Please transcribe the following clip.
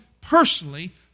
personally